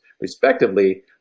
respectively